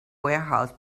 warehouse